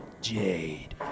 Jade